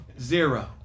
zero